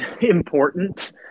important